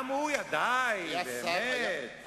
די, באמת, יש גבול.